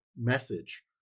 message